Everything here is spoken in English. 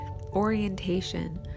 orientation